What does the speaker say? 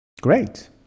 Great